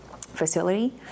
facility